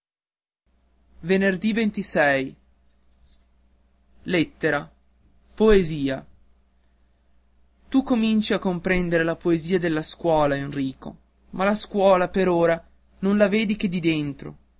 triste poesia dì u cominci a comprendere la poesia della scuola enrico ma la scuola per ora non la vedi che di dentro